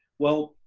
well,